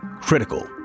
critical